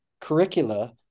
curricula